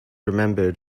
remembered